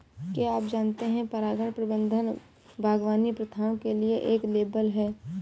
क्या आप जानते है परागण प्रबंधन बागवानी प्रथाओं के लिए एक लेबल है?